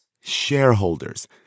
Shareholders